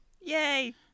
Yay